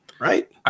Right